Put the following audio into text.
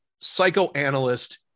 psychoanalyst